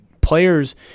players